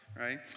right